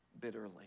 bitterly